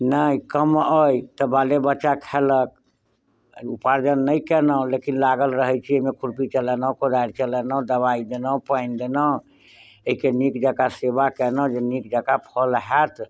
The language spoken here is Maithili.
नहि कम अछि तऽ बाले बच्चा खएलक उपार्जन नहि कएलहुॅं लेकिन लागल रहै छी एहिमे खुरपी चलेलहुॅं कोदारि चलेलहुॅं दबाइ देलहुॅं पानि देलहुॅं एहिके नीक जकाँ सेबा केलहुॅं जे नीक जकाँ फल होयत